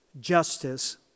Justice